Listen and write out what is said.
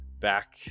back